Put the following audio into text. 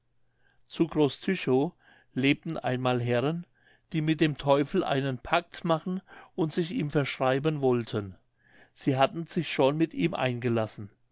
zu groß tychow lebten einmal herren die mit dem teufel einen pact machen und sich ihm verschreiben wollten sie hatten sich schon mit ihm eingelassen